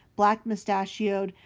black-moustachio'd,